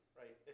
right